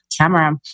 camera